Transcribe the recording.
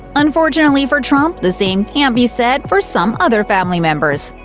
unfortunately for trump, the same can't be said for some other family members.